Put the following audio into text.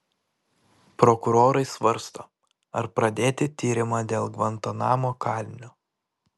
prokurorai svarsto ar pradėti tyrimą dėl gvantanamo kalinio